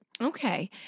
Okay